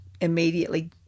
immediately